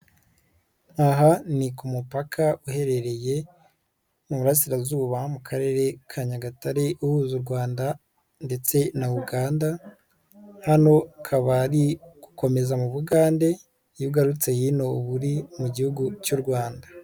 Aha ni ku mupaka uherereye mu burasirazuba mu karere ka Nyagatare uhuza u Rwanda ndetse na Uganda, hano akaba ari gukomeza mu Bugande, iyo ugarutse hino, uba uri mu gihugu cy'u Rwanda.